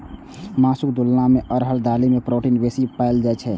मासुक तुलना मे अरहर दालि मे प्रोटीन बेसी पाएल जाइ छै